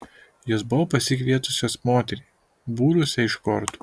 jos buvo pasikvietusios moterį būrusią iš kortų